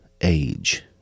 age